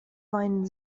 weinen